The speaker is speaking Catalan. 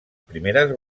primeres